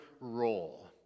role